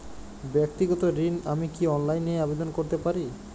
ব্যাক্তিগত ঋণ আমি কি অনলাইন এ আবেদন করতে পারি?